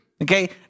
Okay